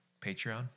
Patreon